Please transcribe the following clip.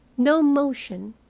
no motion.